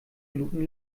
minuten